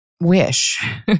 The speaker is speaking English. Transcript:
wish